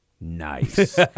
Nice